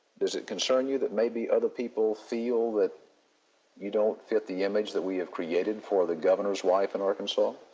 does it concern you that maybe other people feel that you don't fit the image that we have created for the governor's wife in arkansas?